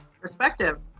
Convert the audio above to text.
Perspective